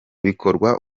bikorwa